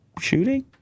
shooting